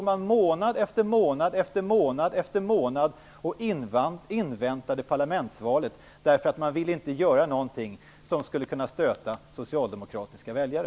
Månad efter månad inväntade man ändå parlamentsvalet, därför att man inte ville göra någonting som skulle kunna stöta socialdemokratiska väljare.